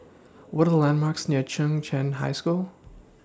What Are The landmarks near Chung Cheng High School